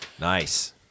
Nice